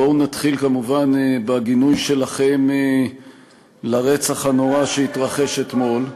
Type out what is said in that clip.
בואו נתחיל כמובן בגינוי שלכם לרצח הנורא שהתרחש אתמול,